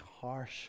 harsh